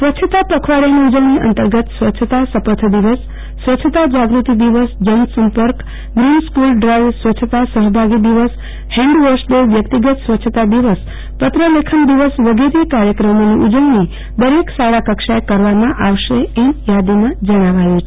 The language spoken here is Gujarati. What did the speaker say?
સ્વચ્છતા પખવાડીયાની ઉજવણી અંતર્ગત સ્વચ્છતા સપથ દિવ સ્વચ્છતા જાગૃતિ દિવસ જન સંપર્ક ગ્રીન સ્કુલ ડ્રાઈવસ્વચ્છતા સફભાગી દિવસ ફેન્ડ વોશ ડે વ્યક્તિગત સ્વચ્છતા દિવસ પત્ર લેખન દિવસ વગેરે કાર્યક્રમોની ઉજવણી દરેક શાળા કક્ષાએ કરવામાં આવશે એમ યાદીમાં જણાવાયુ છે